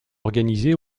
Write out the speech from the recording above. organisé